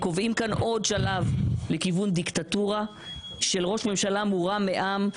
אנחנו קובעים כאן עוד שלב לכיוון דיקטטורה של ראש ממשלה מורם מעם,